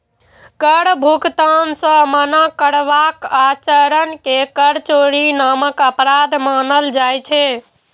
कर भुगतान सं मना करबाक आचरण कें कर चोरी नामक अपराध मानल जाइ छै